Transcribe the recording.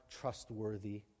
trustworthy